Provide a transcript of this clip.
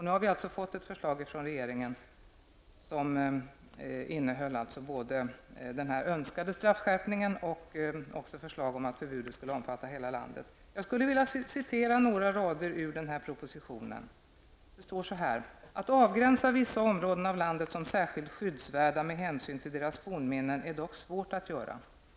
Nu har vi alltså fått ett förslag från regeringen som innehåller både den önskade straffskärpningen och förslag om att förbud skulle omfatta hela landet. Jag skulle vilja citera några rader ur propositionen: ''Att avgränsa vissa områden av landet som särskilt skyddsvärda med hänsyn till deras fornminnen är dock svårt att göra.